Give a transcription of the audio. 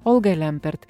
olga lempert